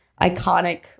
iconic